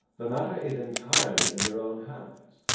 the matter is entirely in your own hands.